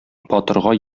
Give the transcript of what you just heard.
батырга